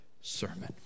sermon